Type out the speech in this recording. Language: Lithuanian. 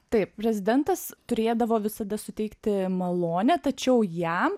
taip prezidentas turėdavo visada suteikti malonę tačiau jam